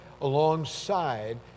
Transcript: alongside